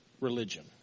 religion